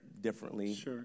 differently